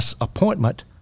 appointment